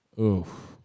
Oof